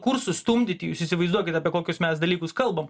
kursų stumdyti jūs įsivaizduokit apie kokius mes dalykus kalbam